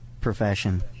profession